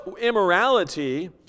immorality